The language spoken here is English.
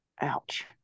ouch